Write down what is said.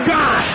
God